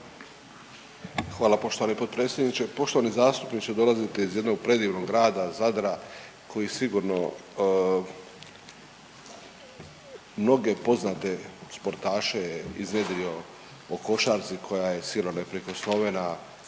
Hvala poštovani potpredsjedniče. Poštovani zastupniče, dolazite iz jednog predivnog grada Zadra koji sigurno mnoge poznate športaše je iznjedrio o košarci koja je silno neprikosnovena